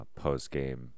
Postgame